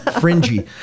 fringy